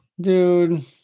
Dude